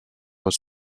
was